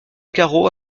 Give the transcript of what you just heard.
carreau